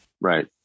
right